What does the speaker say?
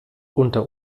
unter